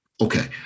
Okay